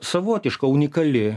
savotiška unikali